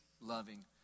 loving